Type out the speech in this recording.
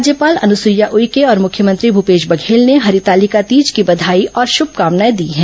राज्यपाल अनुसुईया उइके और मुख्यमंत्री भूपेश बघेल ने हरितालिका तीज की बधाई और शुभकामनाए दी हैं